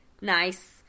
nice